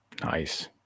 Nice